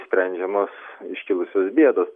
sprendžiamos iškilusios bėdos